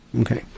Okay